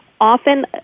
Often